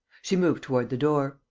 she moved toward the door.